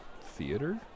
theater